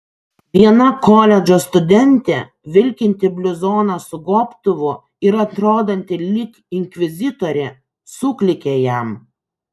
viena koledžo studentė vilkinti bluzoną su gobtuvu ir atrodanti lyg inkvizitorė suklykė jam